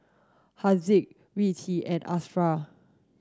Haziq Rizqi and Ashraff